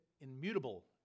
immutable